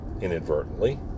inadvertently